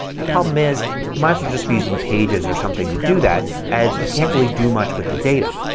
the problem is you might as well just be using pages or something to do that as you can't really do much with the data.